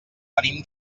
venim